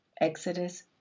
exodus